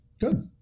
Good